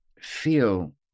feel